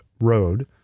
Road